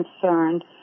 concerned